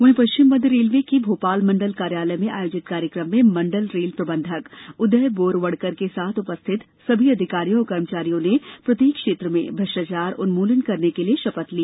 वहीं पश्चिम मध्य रेलवे के भोपाल मंडल कार्यालय में आयोजित कार्यक्रम में मण्डल रेल प्रबंधक उदय बोरवणकर के साथ उपस्थित सभी अधिकारियों और कर्मचारियों ने प्रत्येक क्षेत्र में भ्रष्टाचार उन्मूलन करने के लिए शपथ ली